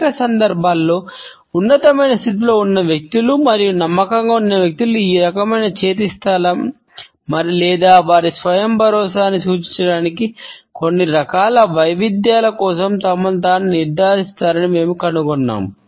అనేక సందర్భాల్లో ఉన్నతమైన స్థితిలో ఉన్న వ్యక్తులు మరియు నమ్మకంగా ఉన్న వ్యక్తులు ఈ రకమైన చేతి స్థానం లేదా వారి స్వయం భరోసాను సూచించడానికి కొన్ని రకాల వైవిధ్యాల కోసం తమను తాము నిర్ధారిస్తారని మేము కనుగొన్నాము